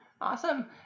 Awesome